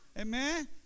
Amen